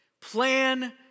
plan